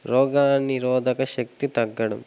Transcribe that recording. రోగనిరోధక శక్తి తగ్గడం